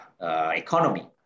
economy